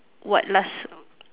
what last